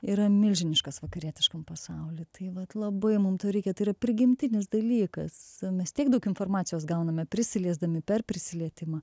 yra milžiniškas vakarietiškam pasauliui tai vat labai mum to reikia tai yra prigimtinis dalykas mes tiek daug informacijos gauname prisiliesdami per prisilietimą